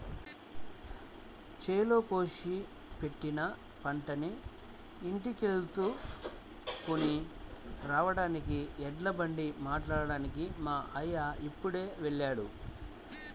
చేలో కోసి పెట్టిన పంటని ఇంటికెత్తుకొని రాడానికి ఎడ్లబండి మాట్లాడ్డానికి మా అయ్య ఇప్పుడే వెళ్ళాడు